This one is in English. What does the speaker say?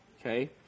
okay